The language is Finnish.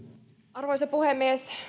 arvoisa puhemies